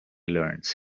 learns